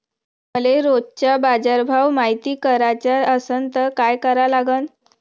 मले रोजचा बाजारभव मायती कराचा असन त काय करा लागन?